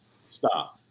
Stop